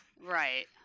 Right